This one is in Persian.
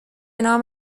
نام